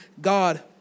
God